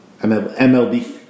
MLB